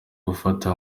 kumfata